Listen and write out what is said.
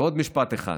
ועוד משפט אחד,